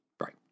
right